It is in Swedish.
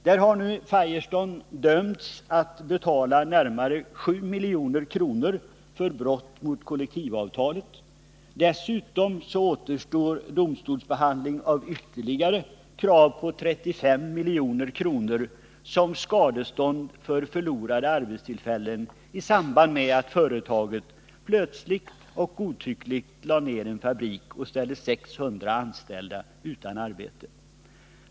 Där har nu Firestone dömts att betala närmare 7 milj.kr. för brott mot kollektivavtalet. Dessutom återstår domstolsbehandling när det gäller ytterligare krav på 35 milj.kr. som skadestånd för förlorade arbetstillfällen i samband med att företaget plötsligt och godtyckligt lade ner en fabrik och ställde 600 anställda utan arbete.